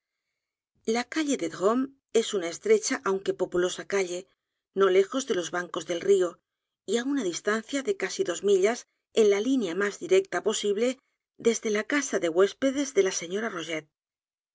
la calle de drómes es una estrecha aunque populosa calle no lejos de los bancos del río y a u n a distancia de casi dos millas en la línea más directa posible desde la casa de huéspedes de la señora rogét